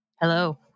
Hello